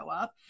up